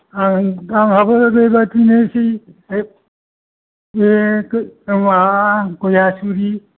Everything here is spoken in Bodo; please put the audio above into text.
आं आंहाबो बेबादिनो जि बे माबा गयासुरि